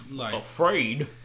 afraid